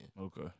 Okay